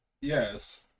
Yes